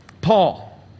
Paul